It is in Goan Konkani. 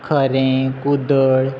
खरें कुदळ